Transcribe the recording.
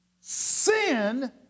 Sin